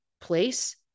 place